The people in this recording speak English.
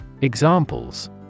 Examples